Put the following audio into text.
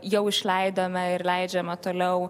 jau išleidome ir leidžiama toliau